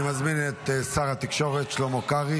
אני מזמין את שר התקשורת שלמה קרעי